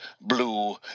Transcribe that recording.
blue